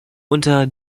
unter